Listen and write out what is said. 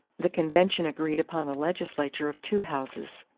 the convention agreed upon a legislature of two houses.